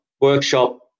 workshop